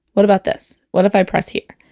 what about this? what if i press here?